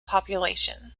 population